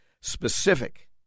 specific